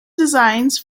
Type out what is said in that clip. designs